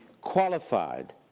qualified